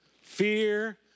Fear